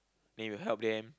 then you help them